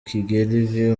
kigeli